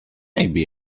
maybe